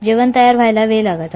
जेवण तयार व्हायलाही वेळ लागायचा